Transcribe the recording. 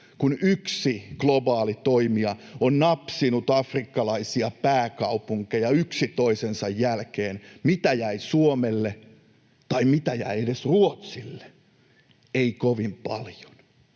kun yksi globaali toimija on napsinut afrikkalaisia pääkaupunkeja yksi toisensa jälkeen. Mitä jäi Suomelle, tai mitä jäi edes Ruotsille? Ei kovin paljon.